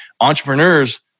entrepreneurs